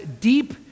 deep